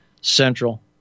Central